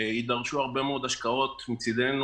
יידרשו הרבה מאוד השקעות מצידנו